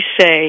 say